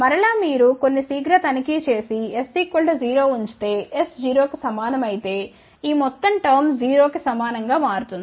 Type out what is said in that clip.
మర లా మీరు కొన్ని శీఘ్ర తనికీ చేసి s0 ఉంచితే s 0 కి సమానం అయితే ఈ మొత్తం టర్మ్ 0 కి సమానం గా మారుతుంది